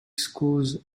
scores